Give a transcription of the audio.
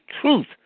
truth